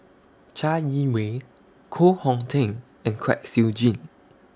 Chai Yee Wei Koh Hong Teng and Kwek Siew Jin